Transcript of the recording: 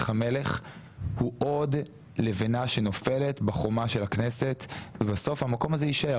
המלך הוא עוד לבנה שנופלת בחומה של הכנסת ובמקום הזה יישאר,